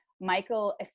Michael